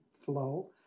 flow